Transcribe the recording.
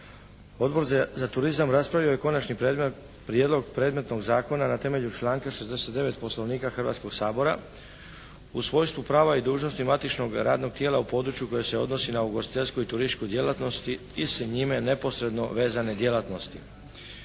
Odbor za turizam raspravljao je konačni prijedlog predmetnog zakona na temelju članka 69. Poslovnika Hrvatskog sabora, u svojstvu prava i dužnosti matičnoga radnog tijela u području koje se odnosi na ugostiteljsku i turističku djelatnost i s njime neposredno vezane djelatnosti.